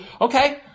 okay